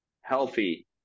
healthy